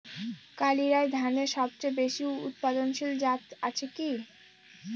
কালিরাই ধানের সবচেয়ে বেশি উৎপাদনশীল জাত আছে কি?